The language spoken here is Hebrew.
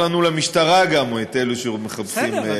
את אלה שמחפשים,